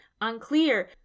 unclear